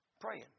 praying